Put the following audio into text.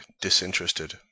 disinterested